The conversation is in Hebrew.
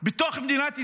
בתוך מדינת ישראל.